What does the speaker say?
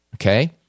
Okay